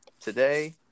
Today